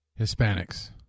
Hispanics